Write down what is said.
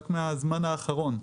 רק מהזמן האחרון,